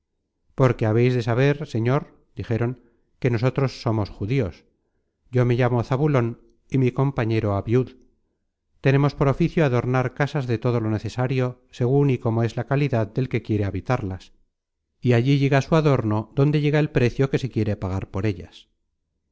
que habeis de saber señor dijeron que nosotros somos judíos yo me llamo zabulon y mi compañero abiud tenemos por oficio adornar casas de todo lo necesario segun y como es la calidad del que quiere habitarlas y allí llega su adorno donde llega el precio que se quiere pagar por ellas